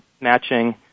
matching